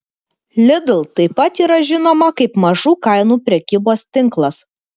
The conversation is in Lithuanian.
lidl taip pat yra žinoma kaip mažų kainų prekybos tinklas